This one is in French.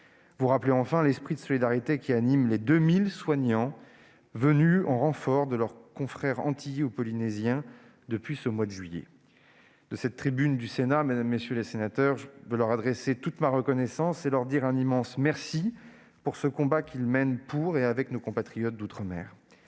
vous rappeler l'esprit de solidarité qui anime les 2 000 soignants venus en renfort de leurs confrères antillais ou polynésiens depuis le mois de juillet. De cette tribune, je veux leur exprimer toute ma reconnaissance et leur dire un immense merci pour le combat qu'ils mènent pour et avec nos compatriotes d'outre-mer.